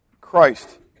Christ